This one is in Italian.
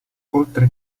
oltre